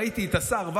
ראיתי ציוץ אחד למטה,